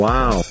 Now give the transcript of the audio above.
Wow